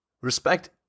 Respect